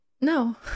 No